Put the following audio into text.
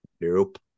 Nope